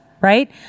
right